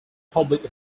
public